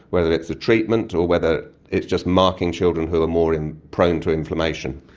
whether it's a treatment or whether it's just marking children who are more and prone to inflammation.